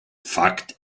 fakt